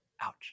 Ouch